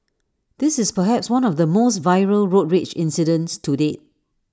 this is perhaps one of the most viral road rage incidents to date